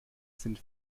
sind